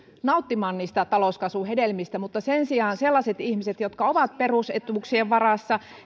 nauttimaan talouskasvun hedelmistä mutta sen sijaan sellaisten ihmisten jotka ovat perusetuuksien varassa